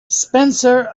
spencer